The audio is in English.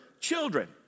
children